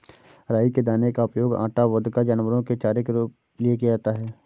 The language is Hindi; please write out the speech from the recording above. राई के दाने का उपयोग आटा, वोदका, जानवरों के चारे के लिए किया जाता है